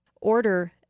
Order